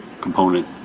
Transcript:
component